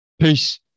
Peace